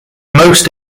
most